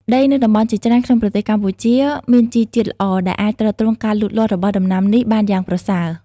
ដីនៅតំបន់ជាច្រើនក្នុងប្រទេសកម្ពុជាមានជីជាតិល្អ ដែលអាចទ្រទ្រង់ការលូតលាស់របស់ដំណាំនេះបានយ៉ាងប្រសើរ។